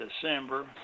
December